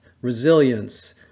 resilience